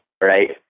right